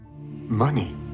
Money